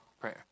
prayer